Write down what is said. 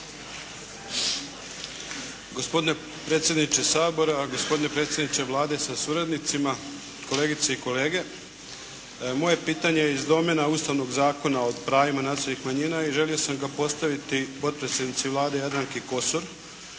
Gospodine predsjedniče Sabora, gospodine predsjedniče Vlade sa suradnicima, kolegice i kolege. Moje pitanje je iz domene Ustavnog zakona o pravima nacionalnih manjina i želio sam ga predstaviti potpredsjednici Vlade Jadranki Kosor